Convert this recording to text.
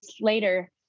later